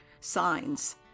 signs